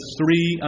three